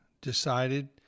decided